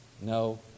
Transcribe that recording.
no